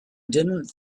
didn’t